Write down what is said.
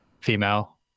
female